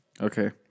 Okay